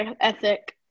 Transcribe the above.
ethic